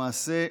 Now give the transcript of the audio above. למעשה,